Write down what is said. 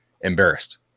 embarrassed